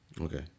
Okay